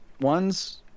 One's